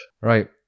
Right